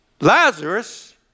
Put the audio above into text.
Lazarus